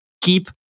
Keep